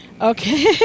Okay